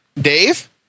dave